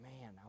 man